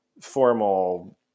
formal